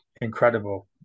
incredible